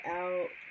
out